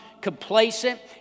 complacent